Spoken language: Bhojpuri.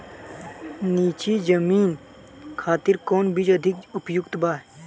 नीची जमीन खातिर कौन बीज अधिक उपयुक्त बा?